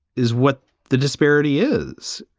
is what the disparity is.